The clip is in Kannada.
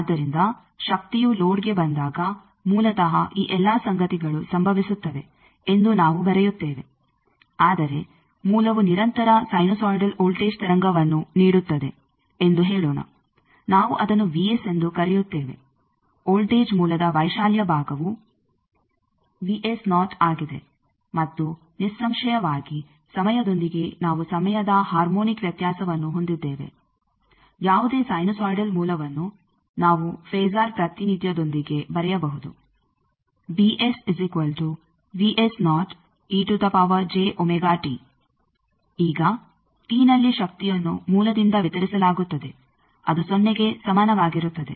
ಆದ್ದರಿಂದ ಶಕ್ತಿಯು ಲೋಡ್ಗೆ ಬಂದಾಗ ಮೂಲತಃ ಈ ಎಲ್ಲಾ ಸಂಗತಿಗಳು ಸಂಭವಿಸುತ್ತವೆ ಎಂದು ನಾವು ಬರೆಯುತ್ತೇವೆ ಆದರೆ ಮೂಲವು ನಿರಂತರ ಸೈನುಸೋಯಿಡಲ್ ವೋಲ್ಟೇಜ್ ತರಂಗವನ್ನು ನೀಡುತ್ತದೆ ಎಂದು ಹೇಳೋಣ ನಾವು ಅದನ್ನು ಎಂದು ಕರೆಯುತ್ತೇವೆ ವೋಲ್ಟೇಜ್ ಮೂಲದ ವೈಶಾಲ್ಯ ಭಾಗವು ಆಗಿದೆ ಮತ್ತು ನಿಸ್ಸಂಶಯವಾಗಿ ಸಮಯದೊಂದಿಗೆ ನಾವು ಸಮಯದ ಹಾರ್ಮೋನಿಕ್ ವ್ಯತ್ಯಾಸವನ್ನು ಹೊಂದಿದ್ದೇವೆ ಯಾವುದೇ ಸೈನುಸೈಯಿಡಲ್ ಮೂಲವನ್ನು ನಾವು ಫೆಸಾರ್ ಪ್ರಾತಿನಿಧ್ಯದೊಂದಿಗೆ ಬರೆಯಬಹುದು ಈಗ ನಲ್ಲಿ ಶಕ್ತಿಯನ್ನು ಮೂಲದಿಂದ ವಿತರಿಸಲಾಗುತ್ತದೆ ಅದು ಸೊನ್ನೆಗೆ ಸಮಾನವಾಗಿರುತ್ತದೆ